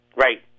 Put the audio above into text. Right